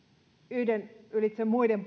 yhden ylitse muiden